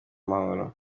n’amahoro